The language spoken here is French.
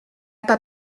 pas